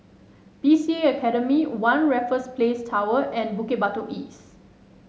B C A Academy One Raffles Place Tower and Bukit Batok East